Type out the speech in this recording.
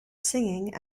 singing